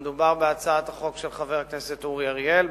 מדובר בהצעת החוק של חבר הכנסת אורי אריאל,